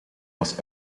was